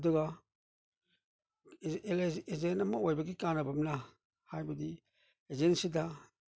ꯑꯗꯨꯒ ꯑꯦꯖꯦꯟ ꯑꯃ ꯑꯣꯏꯕꯒꯤ ꯀꯥꯟꯅꯕ ꯑꯃꯅ ꯍꯥꯏꯕꯗꯤ ꯑꯦꯖꯦꯟꯁꯤꯗ